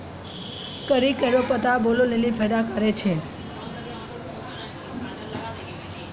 करी केरो पत्ता बालो लेलि फैदा कारक छै